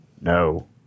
No